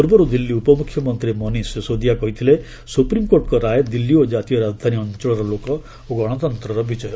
ପୂର୍ବରୁ ଦିଲ୍ଲୀ ଉପମୁଖ୍ୟମନ୍ତ୍ରୀ ମନୀଷ ସିସୋଦିଆ କହିଥିଲେ ସୁପ୍ରିମ୍କୋର୍ଟଙ୍କ ରାୟ ଦିଲ୍ଲୀ ଓ କାତୀୟ ରାଜଧାନୀ ଅଞ୍ଚଳର ଲୋକ ଓ ଗଣତନ୍ତ୍ରର ବିଜୟ